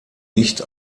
nicht